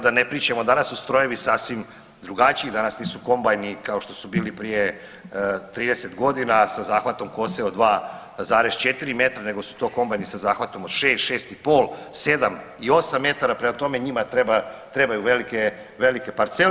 Da ne pričamo danas su strojevi sasvim drugačiji, danas nisu kombajni kao što su bili prije 30 godina sa zahvatom kose od 2,4 metra, nego su to kombajni sa zahvatom od 6, 6,5, 7 i 8 metara, prema tome njima trebaju velike parcele.